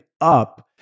up